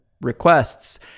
requests